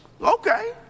Okay